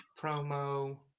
Promo